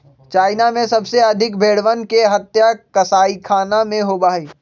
China में सबसे अधिक भेंड़वन के हत्या कसाईखाना में होबा हई